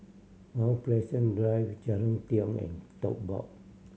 Mount Pleasant Drive Jalan Tiong and Tote Board